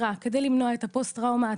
אנחנו נמצאים בזירה כדי למנוע את תופעת תסמיני